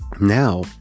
now